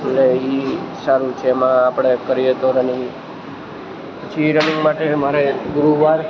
એટલે એ સારું છે એમાં આપણે કરીએ તો રનિંગ પછી હિલ રનિંગ માટે મારે ગુરુવાર